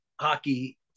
hockey